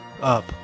Up